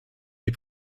die